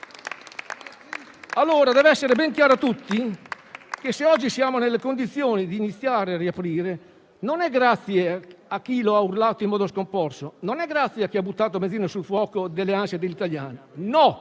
Allora, deve essere ben chiaro a tutti che se oggi siamo nelle condizioni di iniziare a riaprire non è grazie a chi lo ha urlato in modo scomposto, a chi ha buttato benzina sul fuoco delle ansie degli italiani. No,